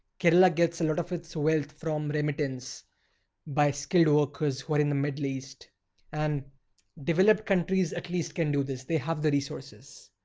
kerala gets a lot of its wealth from remittance by skilled workers who are in the middle east and developed countries at least can do this. they have the resources.